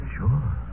Sure